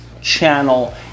channel